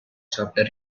chapter